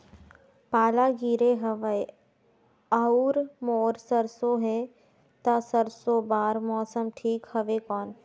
पाला गिरे हवय अउर मोर सरसो हे ता सरसो बार मौसम ठीक हवे कौन?